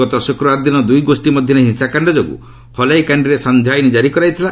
ଗତ ଶୁକ୍ରବାର ଦିନ ଦୁଇ ଗୋଷ୍ଠୀ ମଧ୍ୟରେ ହିଂସାକାଣ୍ଡ ଯୋଗୁଁ ହଇଲାକାଣ୍ଡିରେ ସାନ୍ଧ୍ୟ ଆଇନ୍ ଜାରି କରାଯାଇଥିଲା